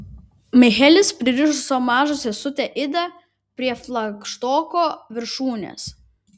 michelis pririšo savo mažą sesutę idą prie flagštoko viršūnės